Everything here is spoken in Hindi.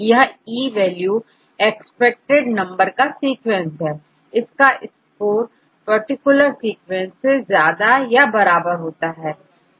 यह E वैल्यू एक्सपेक्टेड नंबर का सीक्वेंस है इसका स्कोर पार्टिकुलर सीक्वेंस से ज्यादा या बराबर होता है